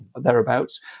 thereabouts